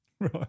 Right